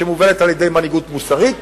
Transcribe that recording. שמובלת על-ידי מנהיגות מוסרית,